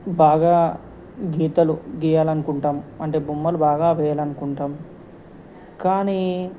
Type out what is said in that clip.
బాగా గీతలు గీయాలనుకుంటాం అంటే బొమ్మలు బాగా వేయాలనుకుంటాం కానీ